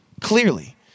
clearly